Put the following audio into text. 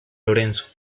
lorenzo